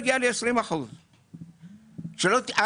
מגיע לי 20%. אני הצעתי,